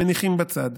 מניחים בצד.